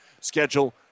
Schedule